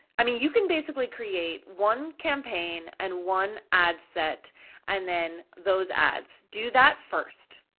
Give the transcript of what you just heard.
i mean you can basically create one campaign and one ad set and then those ads. do that first,